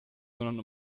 sondern